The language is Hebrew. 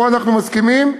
פה אנחנו מסכימים,